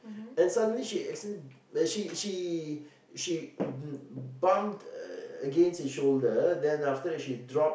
and suddenly she accidentally she she she bumped uh against his shoulder then after that she dropped